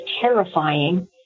terrifying